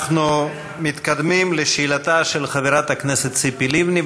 אנחנו מתקדמים לשאלתה של חברת הכנסת ציפי לבני,